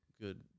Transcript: good